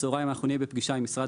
בצוהריים אנחנו נהיה בפגישה עם משרד